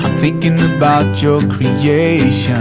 thinking about your creation